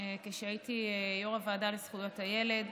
כשהייתי יו"ר הוועדה לזכויות הילד.